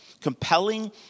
compelling